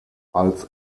als